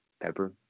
Pepper